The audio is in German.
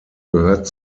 gehört